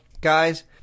guys